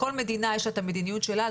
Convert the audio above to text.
כל מדינה יש לה את המדיניות שלה,